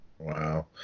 Wow